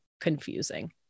confusing